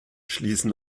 schließen